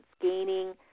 gaining